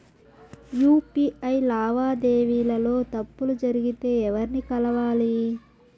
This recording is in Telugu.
యు.పి.ఐ లావాదేవీల లో తప్పులు జరిగితే ఎవర్ని కలవాలి?